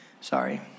sorry